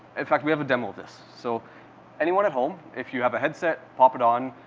in fact, we have a demo of this, so anyone at home, if you have a headset, pop it on.